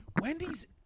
Wendy's